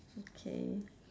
okay